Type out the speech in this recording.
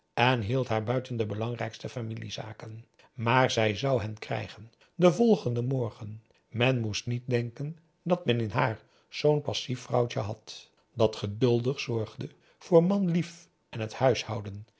en hield haar buiten de belangrijkste familiezaken maar zij zou hen krijgen den volgenden morgen men moest niet denken dat men in haar zoo'n passief vrouwtje had p a daum hoe hij raad van indië werd onder ps maurits dat geduldig zorgde voor manlief en het huishouden